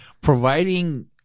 providing